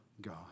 God